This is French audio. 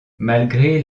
malgré